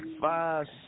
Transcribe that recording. five